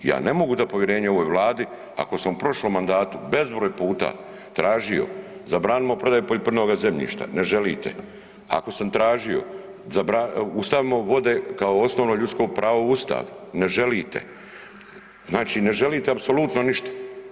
Ja ne mogu dati povjerenje ovoj Vladi ako sam u prošlom mandatu bezbroj puta tražio zabranimo prodaju poljoprivrednoga zemljišta, ne želite, ako sam tražio stavimo vode kao osnovno ljudsko pravo u Ustav, ne želite, znači ne želite apsolutno ništa.